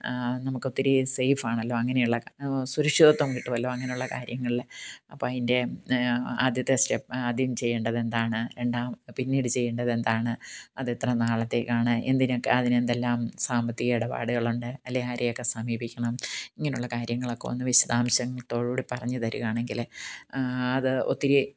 നമുക്ക് ഒത്തിരി സേഫ് ആണല്ലോ അങ്ങനെയുള്ള സുരക്ഷിതത്വം കിട്ടുമല്ലോ അങ്ങനെയുള്ള കാര്യങ്ങളിൽ അപ്പോൾ അതിൻ്റെ ആദ്യത്തെ സ്റ്റെപ് ആദ്യം ചെയ്യേണ്ടത് എന്താണ് രണ്ടാമത് പിന്നീട് ചെയ്യേണ്ടത് എന്താണ് അത് എത്ര നാളത്തേക്കാണ് എന്തിനൊക്കെ അതിന് എന്തെല്ലാം സാമ്പത്തിക ഇടപാടുകളുണ്ട് അല്ലെങ്കിൽ ആരെയൊക്കെ സമീപിക്കണം ഇങ്ങനെയുള്ള കാര്യങ്ങളൊക്കെ ഒന്ന് വിശദാംശത്തോട് കൂടെ പറഞ്ഞു തരികയാണെങ്കിൽ അത് ഒത്തിരി